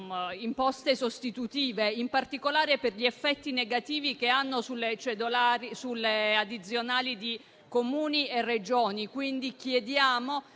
imposte sostitutive, in particolare per gli effetti negativi che hanno sulle addizionali di Comuni e Regioni. Chiediamo